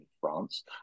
France